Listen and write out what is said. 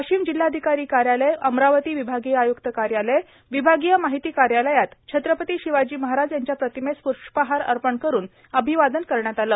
वाशिम जिल्हाधिकारी कार्यालय अमरावती विभागीय आय्क्त कार्यालय विभागीय माहिती कार्यालयात छत्रपती शिवाजी महाराज यांच्या प्रतिमेस प्ष्पहार अर्पण करून अभिवादन करण्यात आलं